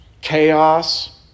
chaos